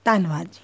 ਧੰਨਵਾਦ ਜੀ